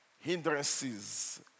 hindrances